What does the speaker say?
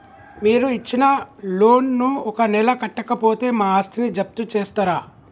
మీరు ఇచ్చిన లోన్ ను ఒక నెల కట్టకపోతే మా ఆస్తిని జప్తు చేస్తరా?